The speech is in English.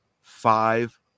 Five